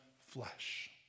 flesh